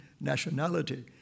nationality